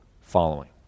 following